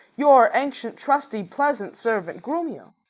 your ancient, trusty, pleasant servant grumio.